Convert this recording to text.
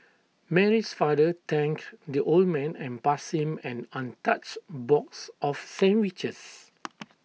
Mary's father thanked the old man and passed him an untouched box of sandwiches